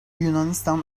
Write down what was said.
yunanistan